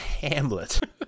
Hamlet